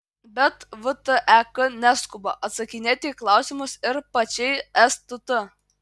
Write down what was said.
bet vtek neskuba atsakinėti į klausimus ir pačiai stt